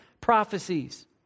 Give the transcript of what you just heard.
prophecies